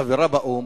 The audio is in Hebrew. כחברה באו"ם,